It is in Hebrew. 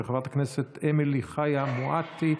של חברת הכנסת אמילי חיה מואטי,